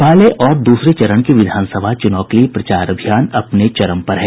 पहले और दूसरे चरण के विधानसभा चुनाव के लिए प्रचार अभियान अपने चरम पर है